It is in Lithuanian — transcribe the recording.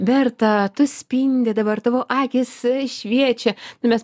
berta tu spindi dabar tavo akys šviečia mes